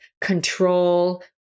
control